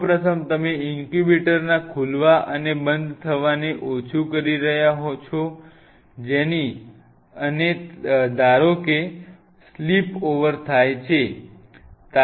સૌ પ્રથમ તમે ઇન્ક્યુબેટરના ખુલવા અને બંધ થ વાને ઓછું કરી રહ્યા છો જેની અને ધારો કે ત્યાં સ્પિલઓવર થાય છે